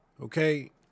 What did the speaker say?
Okay